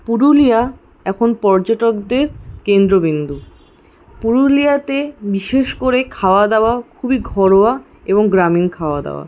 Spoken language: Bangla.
পুরুলিয়া এখন পর্যটকদের কেন্দ্রবিন্দু পুরুলিয়াতে বিশেষ করে খাওয়া দাওয়া খুবই ঘরোয়া এবং গ্রামীণ খাওয়া দাওয়া